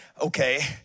okay